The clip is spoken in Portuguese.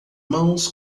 mãos